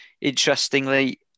Interestingly